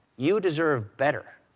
you deserve better.